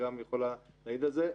יכולה להעיד על זה.